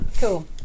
Cool